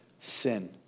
sin